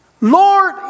Lord